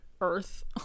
earth